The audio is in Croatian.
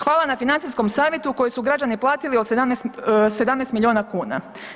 Hvala na financijskom savjetu koje su građani platili od 17 milijuna kuna.